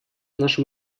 нашу